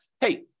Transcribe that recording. hey